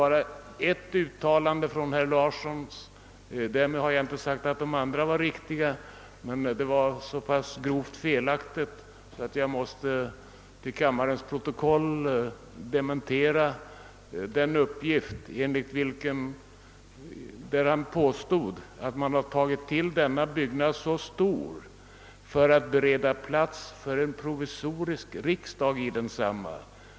Men ett uttalande av herr Larsson var ändå så grovt felaktigt att jag vill få en dementi införd i kammarens protokoll — att jag inte behandlar de övriga uttalandena innebär inte att dessa var riktiga. Nu påstod herr Larsson i sitt felaktiga yttrande att man har gett denna byggnad så stora dimensioner för att en provisorisk riksdag skall beredas plats där.